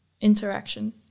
interaction